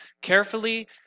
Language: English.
carefully